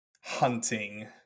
hunting